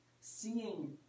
Seeing